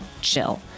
chill